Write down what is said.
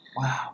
wow